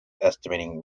estimating